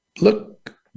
look